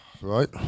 right